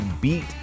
beat